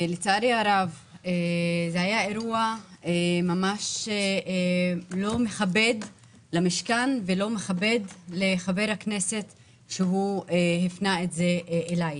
לצערי הרב מדובר באירוע לא מכבד למשכן ולא מכבד את חבר הכנסת שפנה אלי.